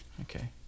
Okay